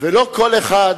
ולא כל אחד